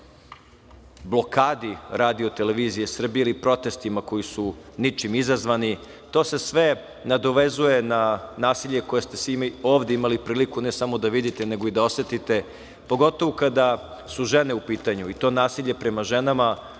blokadi RTS ili protestima koji su ničim izazvani. To se sve nadovezuje na nasilje koje ko je ste svi ovde imali priliku ne samo da vidite, nego i da osetite, pogotovo kada su žene u pitanju i to nasilje prema ženama